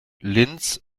linz